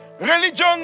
Religion